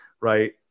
Right